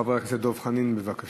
חבר הכנסת דב חנין, בבקשה.